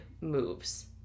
moves